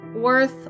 worth